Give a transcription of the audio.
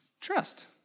Trust